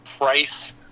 price